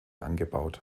angebaut